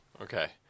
Okay